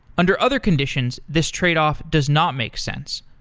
under other conditions, this tradeoff does not make sense.